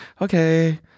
Okay